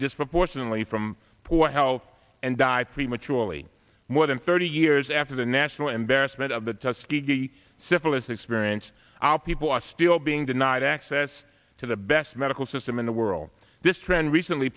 disproportionately from poor health and die prematurely more than thirty years after the national embarrassment of the tuskegee syphilis experience our people are still being denied access to the best medical system in the world this trend recently